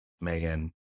Megan